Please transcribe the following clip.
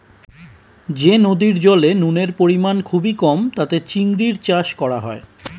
যে নদীর জলে নুনের পরিমাণ খুবই কম তাতে চিংড়ির চাষ করা হয়